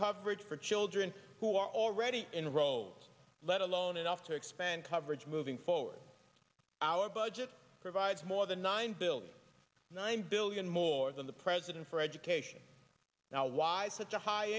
coverage for children who are already in roles let alone enough to expand coverage moving forward our budget provides more than nine billion nine billion more than the president for education now why such a high